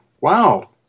Wow